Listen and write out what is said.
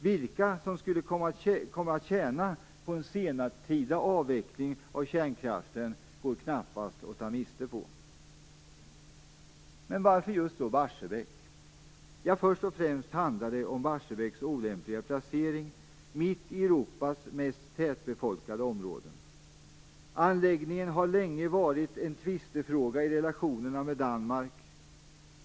Vilka som skulle komma att tjäna på en sentida avveckling av kärnkraften går knappast att ta miste på. Men varför just Barsebäck? Först och främst handlar det om Barsebäcks olämpliga placering mitt i ett av Europas mest tätbefolkade områden. Anläggningen har länge varit en tvistefråga i relationerna med Danmark.